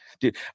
dude